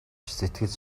сэтгэл